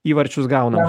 įvarčius gaunam